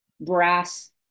brass